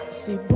see